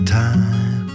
time